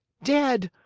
dead?